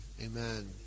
Amen